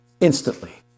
Instantly